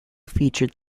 featured